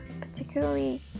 particularly